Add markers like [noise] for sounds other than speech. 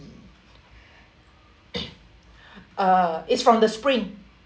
[noise] ah it's from the spring